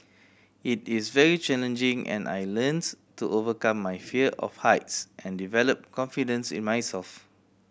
it is very challenging and I learns to overcome my fear of heights and develop confidence in myself